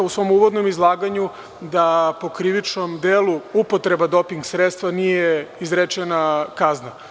U svom uvodnom izlaganju sam rekao da po krivičnom delu upotreba doping sredstva nije izrečena kazna.